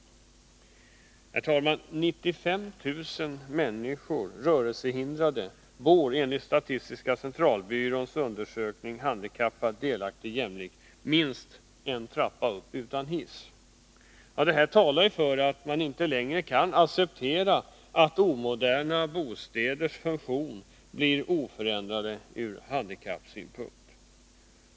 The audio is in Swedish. Herr talman! 95 000 rörelsehindrade människor bor, enligt statistiska centralbyråns undersökning Handikappad, delaktig — jämlik?, minst en trappa upp utan hiss. Detta talar för att man inte längre kan acceptera att omoderna bostäders funktion blir oförändrad ur handikappsynpunkt.